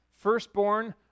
firstborn